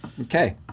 Okay